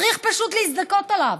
צריך פשוט להזדכות עליו.